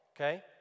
okay